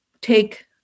take